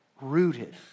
rooted